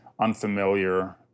unfamiliar